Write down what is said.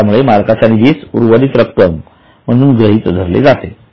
त्यामुळे मालकाच्या निधीस उर्वरित रक्कम म्हणून गृहीत धरले जाते